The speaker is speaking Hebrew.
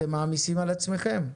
אתם מעמיסים על עצמכם.